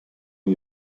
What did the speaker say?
new